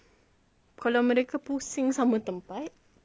kalau mereka pusing sama tempat tapi